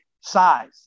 size